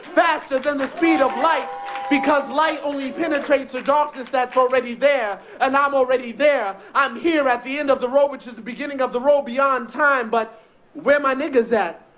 faster than the speed of light because light only penetrates the darkness that's already there. and i'm already there. i'm here at the end of the road which is the beginning of the road beyond time. but where my niggas at?